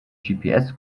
gps